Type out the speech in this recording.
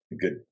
good